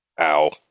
Ow